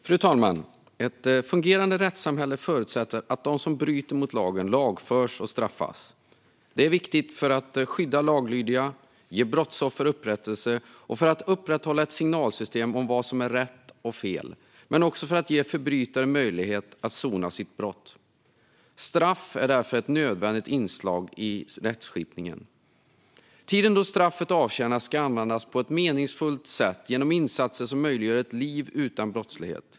Fru talman! Ett fungerande rättssamhälle förutsätter att de som bryter mot lagen lagförs och straffas. Detta är viktigt för att skydda laglydiga, ge brottsoffer upprättelse och upprätthålla ett signalsystem om vad som är rätt och fel men också för att ge förbrytaren möjlighet att sona sitt brott. Straff är därför ett nödvändigt inslag i rättskipningen. Tiden då straffet avtjänas ska användas på ett meningsfullt sätt genom insatser som möjliggör ett liv utan brottslighet.